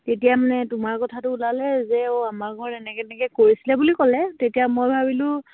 তেতিয়া মানে তোমাৰ কথাটো ওলালে যে অঁ আমাৰ ঘৰত এনেকে তেনেকে কৰিছিলে বুলি ক'লে তেতিয়া মই ভাবিলোঁ